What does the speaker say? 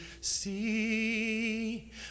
see